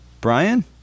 Brian